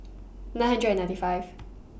nine hundred and ninety five